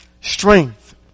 strength